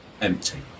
empty